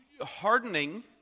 Hardening